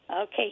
Okay